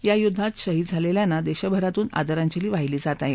या युद्वात शहीद झालेल्यांना देशभरातून आदरांजली वाहिली जात आहे